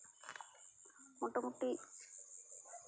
ᱢᱳᱴᱟᱢᱩᱴᱤ